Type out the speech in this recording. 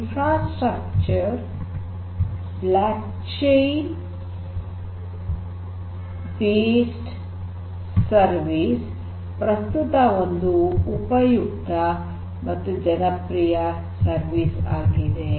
infrastructure blockchain based service ಪ್ರಸ್ತುತ ಒಂದು ಉಪಯುಕ್ತ ಮತ್ತು ಜನಪ್ರಿಯ ಸರ್ವಿಸ್ ಆಗಿದೆ